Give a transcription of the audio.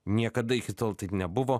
niekada iki tol taip nebuvo